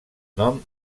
nom